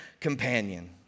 companion